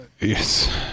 Yes